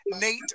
Nate